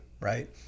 right